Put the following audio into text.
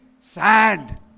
sad